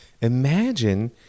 imagine